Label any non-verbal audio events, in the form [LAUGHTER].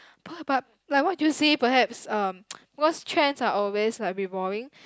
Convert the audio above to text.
per~ but like what do you say perhaps um [NOISE] because trends are always like revolving